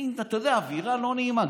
במין אווירה לא נעימה,